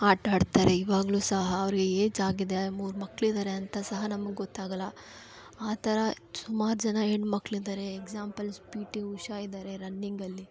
ಆಟ ಆಡ್ತಾರೆ ಇವಾಗಲೂ ಸಹ ಅವ್ರಿಗೆ ಏಜಾಗಿದೆ ಮೂರು ಮಕ್ಕಳಿದಾರೆ ಅಂತ ಸಹ ನಮ್ಗೆ ಗೊತ್ತಾಗಲ್ಲ ಆ ಥರ ಸುಮಾರು ಜನ ಹೆಣ್ಮಕ್ಕಳಿದಾರೆ ಎಕ್ಸಾಂಪಲ್ಸ್ ಪಿ ಟಿ ಉಷಾ ಇದಾರೆ ರನ್ನಿಂಗಲ್ಲಿ